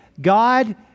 God